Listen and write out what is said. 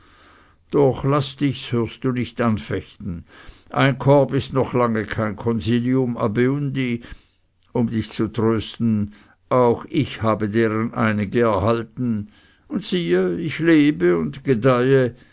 doch laß dich's hörst du nicht anfechten ein korb ist noch lange kein consilium abeundi um dich zu trösten auch ich habe deren einige erhalten und siehe ich lebe und gedeihe